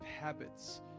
habits